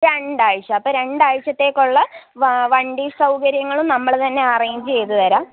രണ്ട് ആഴ്ച്ച അപ്പം രണ്ട് ആഴ്ച്ചത്തേക്കുള്ള വണ്ടി സൗകര്യങ്ങളും നമ്മൾ തന്നെ അറേഞ്ച് ചെയ്ത് തരാം